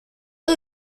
zły